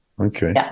Okay